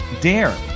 dare